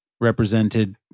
represented